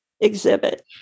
exhibit